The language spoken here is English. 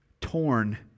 torn